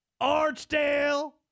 Archdale